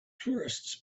tourists